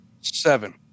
Seven